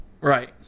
Right